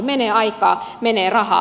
menee aikaa menee rahaa